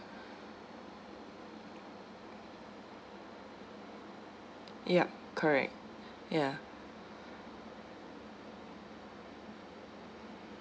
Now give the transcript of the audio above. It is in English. yup correct ya